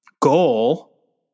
goal